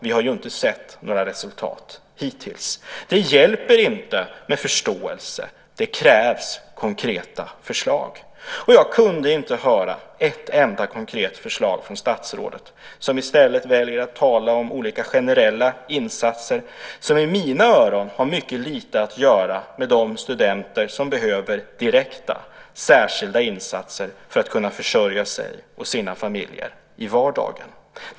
Vi har inte sett några resultat hittills. Det hjälper inte med förståelse. Det krävs konkreta förslag. Jag kunde inte höra ett enda konkret förslag från statsrådet. Hon väljer i stället att tala om olika generella insatser som i mina öron har mycket lite att göra med de studenter som behöver direkta särskilda insatser för att kunna försörja sig och sina familjer i vardagen.